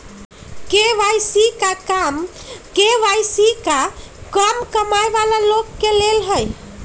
KYC का कम कमाये वाला लोग के लेल है?